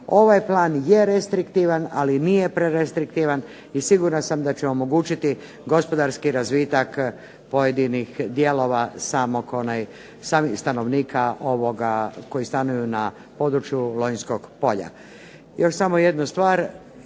Ovaj plan je restriktivan, ali nije prerestriktivan i sigurna sam da će omogućiti gospodarski razvitak pojedinih dijelova samih stanovnika ovoga koji stanuju na području Lonjskog polja.